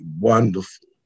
wonderful